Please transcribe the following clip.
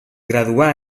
graduà